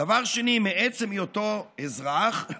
דבר שני, מעצם היותו אזרח,